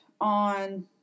on